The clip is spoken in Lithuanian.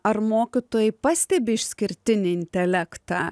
ar mokytojai pastebi išskirtinį intelektą